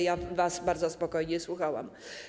Ja was bardzo spokojnie słuchałam.